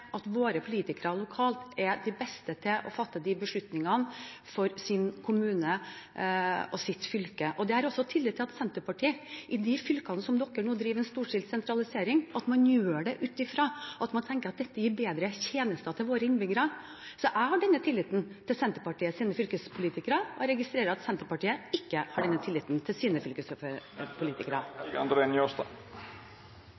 at våre politikere lokalt er de beste til å fatte beslutninger for sin kommune og sitt fylke. Jeg har også tillit til at Senterpartiet, i de fylkene hvor Senterpartiet nå bedriver en storstilt sentralisering, gjør det fordi man tenker at dette gir bedre tjenester til innbyggerne. Så jeg har den tilliten til Senterpartiets fylkespolitikere, men jeg registrerer at Senterpartiet ikke har den tilliten til sine